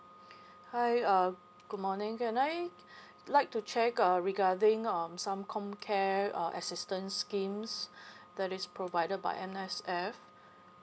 hi uh good morning can I like to check uh regarding um some com care uh assistance schemes that is provided by M_S_F